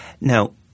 Now